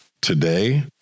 today